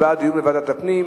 הוא בעד דיון בוועדת הפנים,